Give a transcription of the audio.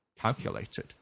calculated